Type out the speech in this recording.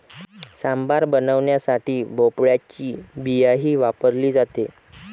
सांबार बनवण्यासाठी भोपळ्याची बियाही वापरली जाते